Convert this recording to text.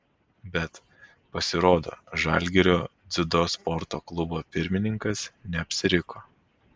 bet pasirodo žalgirio dziudo sporto klubo pirmininkas neapsiriko